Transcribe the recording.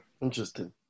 Interesting